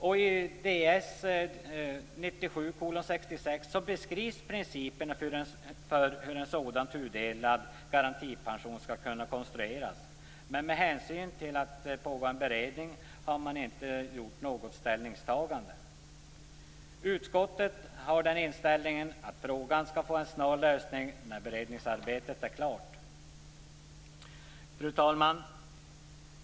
I Ds 1997:66 beskrivs principerna för hur en sådan tudelad garantipension skall kunna konstrueras. Men med hänsyn till att det pågår en beredning har man inte gjort något ställningstagande. Utskottet har den inställningen att frågan skall få en snar lösning när beredningsarbetet är klart. Fru talman!